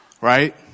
Right